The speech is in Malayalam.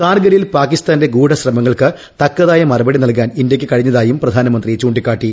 കാർഗിലിൽ പാകിസ്ഥാന്റെ ഗൂഢശ്രമങ്ങൾക്ക് തക്കതായ മറുപടി നൽകാൻ ഇന്ത്യയ്ക്ക് കഴിഞ്ഞതായും പ്രധാനമന്ത്രി ചൂണ്ടിക്കാട്ടി